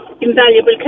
invaluable